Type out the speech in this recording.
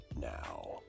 Now